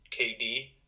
KD